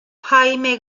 jaime